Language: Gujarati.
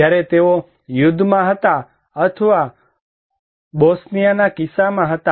જ્યારે તેઓ ગૃહ યુદ્ધમાં હતા અથવા બોસ્નીયાના કિસ્સામાં હતા